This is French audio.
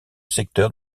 secteur